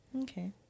okay